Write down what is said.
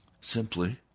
simply